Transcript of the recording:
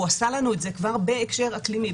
והוא עשה לנו את זה כבר בהקשר אקלימי,